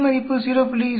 p மதிப்பு 0